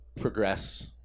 progress